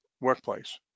workplace